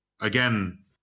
Again